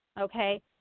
Okay